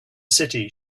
city